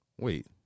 Wait